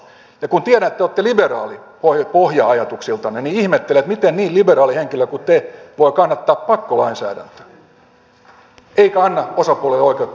kun tiedän että olette liberaali pohja ajatuksiltanne niin ihmettelen miten niin liberaali henkilö kuin te voi kannattaa pakkolainsäädäntöä eikä anna osapuolille oikeutta sopia